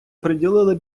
приділили